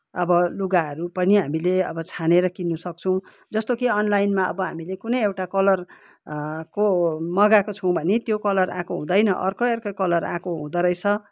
अब लुगाहरू पनि हामीले अब छानेर किन्नु सक्छौँ जस्तो कि अनलाइनमा अब हामीले कुनै एउटा कलर को मगाएको छौँ भने त्यो कलर आएको हुँदैन अर्कै अर्कै कलर आएको हुँदो रहेछ